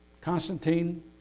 Constantine